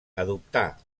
adoptà